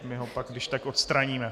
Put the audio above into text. My ho pak když tak odstraníme.